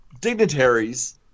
dignitaries